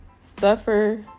suffer